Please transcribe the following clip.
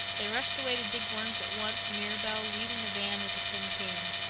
they rushed away to dig worms at once, mirabel leading the van with a tin can.